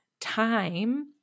time